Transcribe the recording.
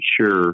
sure